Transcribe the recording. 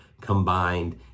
combined